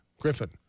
Griffin